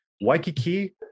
Waikiki